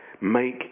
make